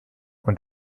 und